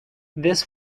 this